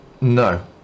No